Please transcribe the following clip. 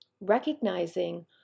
Recognizing